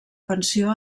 pensió